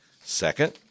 Second